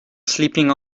sleeping